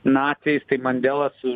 naciais tai mandela su